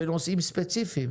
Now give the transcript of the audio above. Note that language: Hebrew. בנושאים ספציפיים